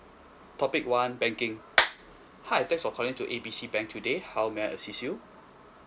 topic one banking hi thanks for calling to A B C bank today how may I assist you